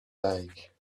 like